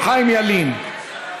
חיים ילין.